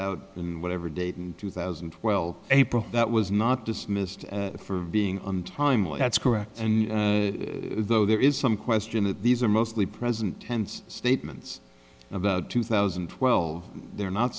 out in whatever date in two thousand well april that was not dismissed for being on time well that's correct and though there is some question that these are mostly present tense statements about two thousand and twelve they're not